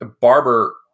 barber